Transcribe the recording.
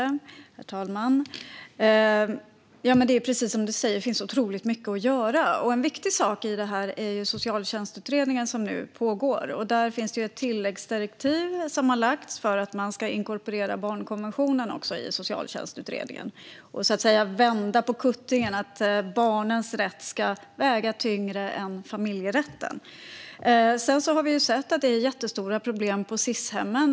Herr talman! Det finns, precis som Johan Hultberg säger, otroligt mycket att göra. En viktig sak är den socialtjänstutredning som nu pågår. Där har ett tilläggsdirektiv lagts till om att även inkorporera barnkonventionen i socialtjänstutredningen. Man ska så att säga vända på kuttingen; barnens rätt ska väga tyngre än familjerätten. Vi har sett att det finns stora problem på Sishemmen.